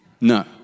No